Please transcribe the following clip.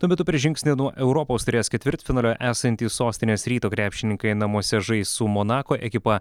tuo metu per žingsnį nuo europos taurės ketvirtfinalio esantys sostinės ryto krepšininkai namuose žais su monako ekipa